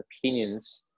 opinions